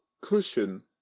cushion